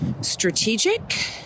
strategic